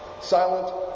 Silent